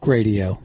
Radio